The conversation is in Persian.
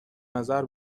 نظر